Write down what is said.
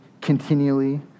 continually